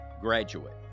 graduate